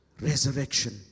resurrection